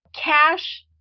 cash